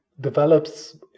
develops